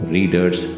Readers